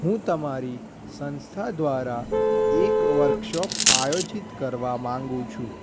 હું તમારી સંસ્થા દ્વારા એક વર્કશોપ આયોજિત કરવા માંગુ છું